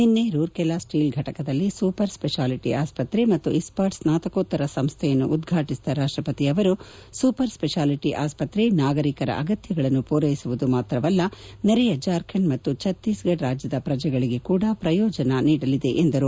ನಿನ್ನೆ ರೂರ್ಕೆಲಾ ಸ್ವೀಲ್ ಘಟಕದಲ್ಲಿ super speciality ಆಸ್ಪತ್ರೆ ಮತ್ತು ಇಸ್ವಾಟ್ ಸ್ವಾತಕೋತ್ತರ ಸಂಸ್ಥೆಯನ್ನು ಉದ್ಘಾಟಿಸಿದ ರಾಷ್ಟ್ರ ಪತಿಯವರು ಸೂಪರ್ ಸ್ವೆಷಾಲಿಟಿ ಆಸ್ವತ್ರೆ ನಾಗರಿಕರ ಅಗತ್ಯಗಳನ್ನು ಪೂರೈಸುವುದು ಮಾತ್ರವಲ್ಲ ನೆರೆಯ ಜಾರ್ಖಂಡ್ ಮತ್ತು ಛತ್ತೀಸ್ ಗಥದ ಪ್ರಜೆಗಳಿಗೆ ಕೂಡಾ ಪ್ರಯೋಜನವಾಗಲಿದೆ ಎಂದರು